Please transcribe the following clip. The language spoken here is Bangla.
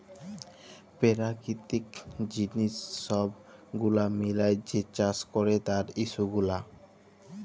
পেরাকিতিক জিলিস ছব গুলা মিলাঁয় যে চাষ ক্যরে তার ইস্যু গুলা